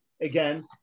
again